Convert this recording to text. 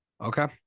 Okay